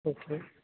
okay